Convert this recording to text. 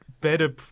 better